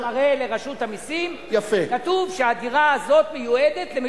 שהוא מראה לרשות המסים שכתוב שהדירה הזאת מיועדת למגורים,